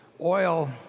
oil